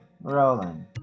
rolling